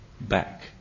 back